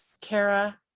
Kara